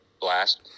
blast